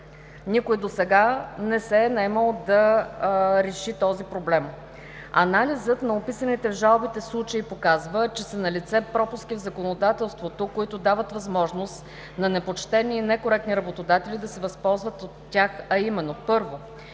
Никой досега не се е наемал да реши този проблем. Анализът на описаните в жалбите случаи показва, че са налице пропуски в законодателството, които дават възможност на непочтени и некоректни работодатели да се възползват от тях, а именно: